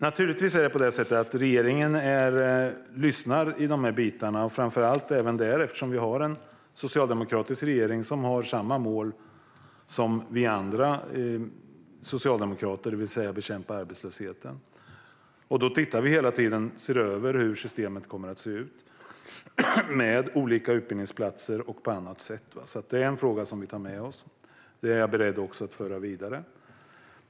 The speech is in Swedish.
Regeringen lyssnar naturligtvis i de här bitarna - framför allt då det är en socialdemokratisk regering som har samma mål som vi andra socialdemokrater, det vill säga att bekämpa arbetslösheten. Vi ser hela tiden över hur systemet kommer att se ut med olika utbildningsplatser och på annat sätt, så det är en fråga som vi tar med oss. Det är jag också beredd att föra vidare.